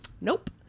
nope